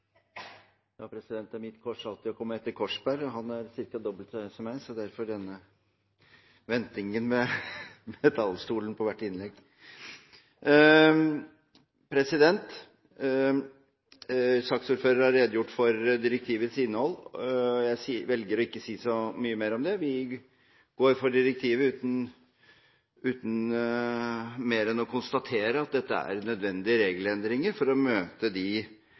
har redegjort for direktivets innhold, og jeg velger å ikke si så mye mer om det. Vi går for direktivet uten mer enn å konstatere at dette er nødvendige regelendringer for å møte